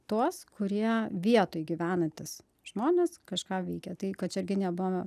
tuos kurie vietoj gyvenantys žmonės kažką veikia tai kačerginėje buvome